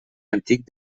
antic